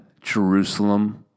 Jerusalem